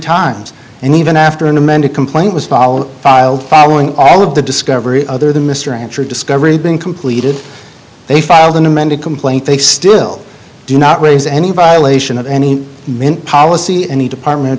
times and even after an amended complaint was followed filed following all of the discovery other than mr rancher discovery being completed they filed an amended complaint they still do not raise any violation of any policy any department of